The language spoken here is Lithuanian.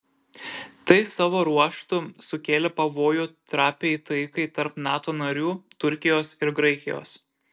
tai savo ruožtu sukėlė pavojų trapiai taikai tarp nato narių turkijos ir graikijos